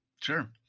Sure